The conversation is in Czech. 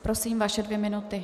Prosím, vaše dvě minuty.